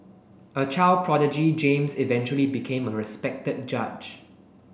a child prodigy James eventually became a respected judge